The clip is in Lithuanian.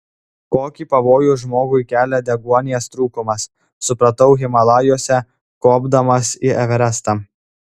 kokį pavojų žmogui kelia deguonies trūkumas supratau himalajuose kopdamas į everestą